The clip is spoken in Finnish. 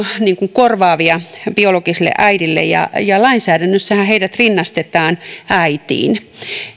korvaajia biologiselle äidille ja ja lainsäädännössähän heidät rinnastetaan äitiin